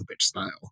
style